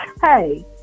Hey